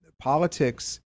Politics